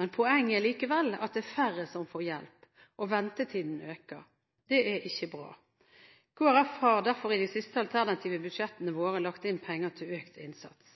men poenget er likevel at det er færre som får hjelp, og ventetiden øker. Det er ikke bra. Kristelig Folkeparti har derfor i de siste alternative budsjettene sine lagt inn penger til økt innsats.